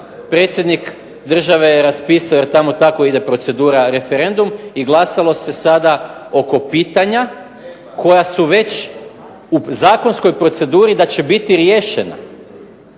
predsjednik države je raspisao jer tamo tako ide procedura referendum i glasalo se sada oko pitanja koja su već u zakonskoj proceduri da će biti riješena.